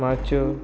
माच्यो